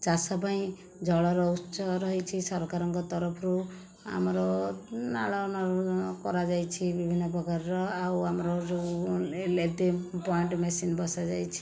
ଚାଷ ପାଇଁ ଜଳର ଉତ୍ସ ରହିଛି ସରକାରଙ୍କ ତରଫରୁ ଆମର ନାଳ କରାଯାଇଛି ବିଭିନ୍ନ ପ୍ରକାରର ଆଉ ଆମର ଯେଉଁ ଲେଦିମ ପଏଣ୍ଟ ମେସିନ ବସାଯାଇଛି